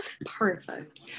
Perfect